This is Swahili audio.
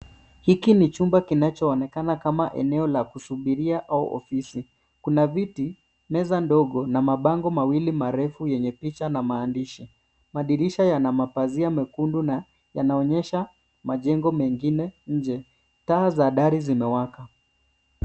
Hiki ni chumba kinachoonekana kama enoe la kusubiria au ofisi. Kuna viti, meza ndogo, na mabango mawili marefu yenye picha na maandishi. Madirisha yana mapazia mekundu na yanaonyesha majengo mengine nje. Taa za dari zimewaka.